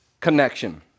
connection